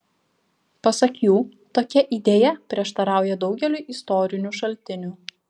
pasak jų tokia idėja prieštarauja daugeliui istorinių šaltinių